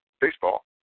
Baseball